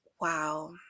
Wow